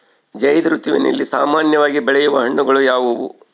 ಝೈಧ್ ಋತುವಿನಲ್ಲಿ ಸಾಮಾನ್ಯವಾಗಿ ಬೆಳೆಯುವ ಹಣ್ಣುಗಳು ಯಾವುವು?